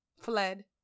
fled